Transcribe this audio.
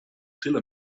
tyle